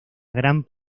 gran